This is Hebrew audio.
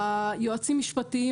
יועצים משפטיים